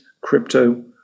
crypto